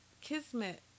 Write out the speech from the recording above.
kismet